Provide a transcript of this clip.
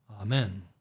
Amen